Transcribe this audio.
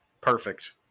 Perfect